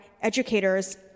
educators